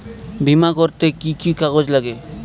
বিমা করতে কি কি কাগজ লাগবে?